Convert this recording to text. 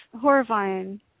Horrifying